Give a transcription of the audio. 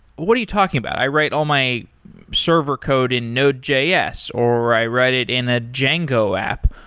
what are you talking about? i write all my server code in node js, or i write it in a django app.